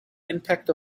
impact